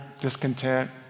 discontent